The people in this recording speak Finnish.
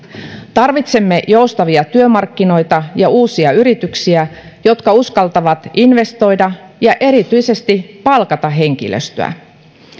tarvitsemme joustavia työmarkkinoita ja uusia yrityksiä jotka uskaltavat investoida ja erityisesti palkata henkilöstöä